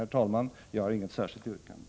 Herr talman! Jag har inget särskilt yrkande.